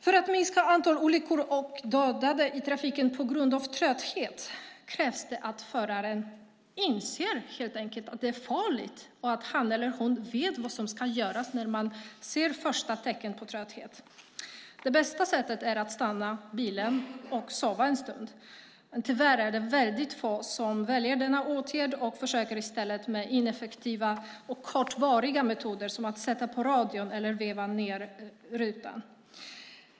För att minska antalet olyckor och dödade i trafiken på grund av trötthet krävs det att föraren helt enkelt inser att det är farligt och att han eller hon vet vad som ska göras när man märker ett första tecken på trötthet. Det bästa sättet är att stanna bilen och sova en stund. Men tyvärr är det väldigt få förare som väljer denna åtgärd och i stället försöker med ineffektiva och kortvariga metoder som att sätta på radion eller veva ned rutan.